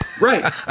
Right